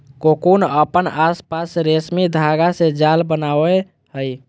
cocoon अपन आसपास रेशमी धागा से जाल बनावय हइ